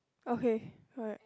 okay alright